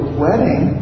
wedding